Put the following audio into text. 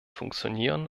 funktionieren